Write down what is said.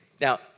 Now